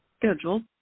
schedule